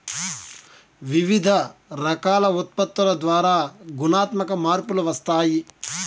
వివిధ రకాల ఉత్పత్తుల ద్వారా గుణాత్మక మార్పులు వస్తాయి